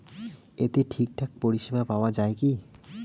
এতে ঠিকঠাক পরিষেবা পাওয়া য়ায় কি?